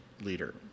leader